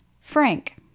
Frank